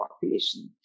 population